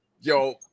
Yo